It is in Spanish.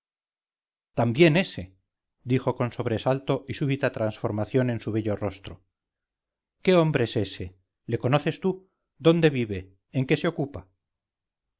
también ese dijo con sobresalto y súbita transformación en su bello rostro qué hombre es ése le conoces tú dónde vive en qué se ocupa